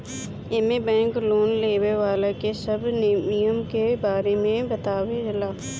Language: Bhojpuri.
एमे बैंक लोन लेवे वाला के सब नियम के बारे में बतावे ला